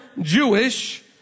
Jewish